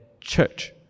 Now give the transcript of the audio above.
church